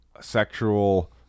sexual